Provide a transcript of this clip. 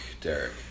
Derek